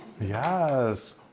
yes